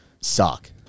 suck